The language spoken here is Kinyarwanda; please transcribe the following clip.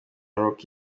rock